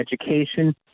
education